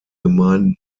gemeinden